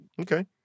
Okay